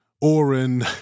Orin